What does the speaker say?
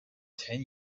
ten